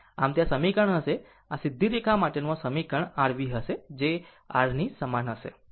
આમ તે આ આ સમીકરણ હશે આ સીધી રેખા માટેનું આ સમીકરણ r V હશે જે r ની સમાન હશે